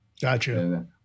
Gotcha